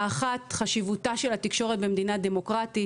האחת חשיבותה של התקשורת במדינה דמוקרטית.